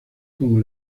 como